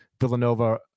Villanova